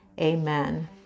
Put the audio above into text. Amen